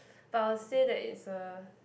but I'll say that it's a